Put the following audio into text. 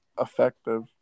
effective